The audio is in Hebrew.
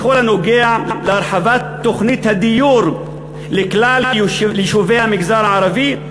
בכל הנוגע להרחבת תוכנית הדיור לכלל יישובי המגזר הערבי.